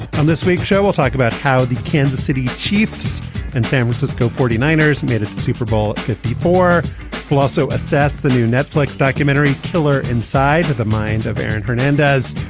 on this week's show, we'll talk about how the kansas city chiefs and san francisco. forty nine ers made it to super bowl. fifty four plus zero. so assess the new netflix documentary killer inside the mind of aaron hernandez.